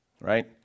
Right